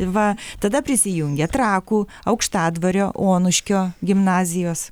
va tada prisijungė trakų aukštadvario onuškio gimnazijos